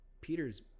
Peter's